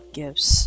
gifts